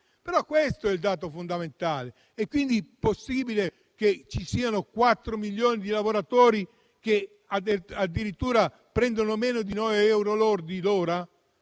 ma questo è il punto fondamentale. È quindi possibile che ci siano 4 milioni di lavoratori che addirittura prendono meno di 9 euro lordi